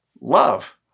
love